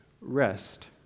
rest